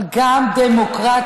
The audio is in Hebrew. אבל גם דמוקרטית.